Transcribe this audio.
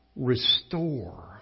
Restore